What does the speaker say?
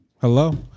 Hello